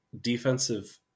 defensive